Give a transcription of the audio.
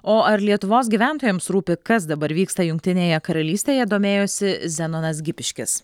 o ar lietuvos gyventojams rūpi kas dabar vyksta jungtinėje karalystėje domėjosi zenonas gipiškis